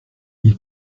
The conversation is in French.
ils